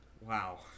Wow